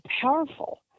powerful